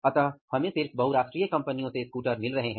अतः हमें सिर्फ बहुराष्ट्रीय कंपनियों से स्कूटर मिल रहे हैं